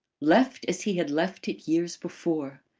left as he had left it years before!